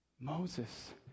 Moses